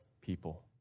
people